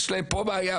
יש להם פה בעיה,